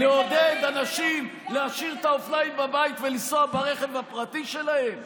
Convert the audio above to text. לעודד אנשים להשאיר את האופניים בבית ולנסוע ברכב הפרטי שלהם?